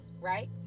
right